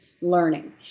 learning